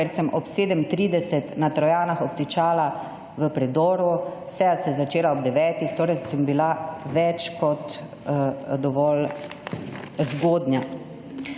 ker sem ob 7.30 na Trojanah obtičala v predoru, seja se je začela ob devetih, torej sem bila več kot dovolj zgodnja.